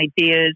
ideas